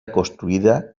construïda